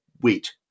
wheat